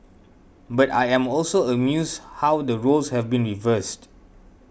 but I am also amused how the roles have been reversed